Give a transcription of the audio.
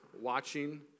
watching